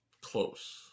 close